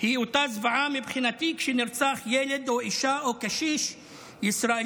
היא אותה זוועה מבחינתי כשנרצחים ילד או אישה או קשיש ישראלי,